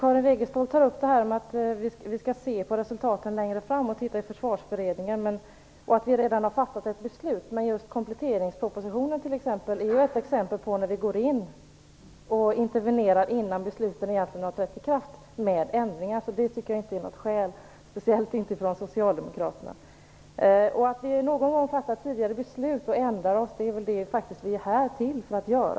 Fru talman! Karin Wegestål sade att vi skall se på resultatet längre fram, på vad Försvarsberedningen kommer fram till och att vi redan har fattat ett beslut. Men kompletteringspropositionen är ju ett exempel på när vi går in och intervernerar med ändringar innan besluten egentligen har trätt i kraft. Så det tycker jag inte är något skäl, speciellt inte från socialdemokraterna. Att vi någon gång fattar beslut och ändrar oss är ju vad vi är här för att göra.